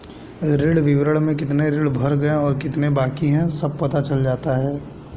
ऋण विवरण में कितने ऋण भर गए और कितने बाकि है सब पता चल जाता है